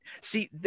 See